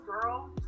girl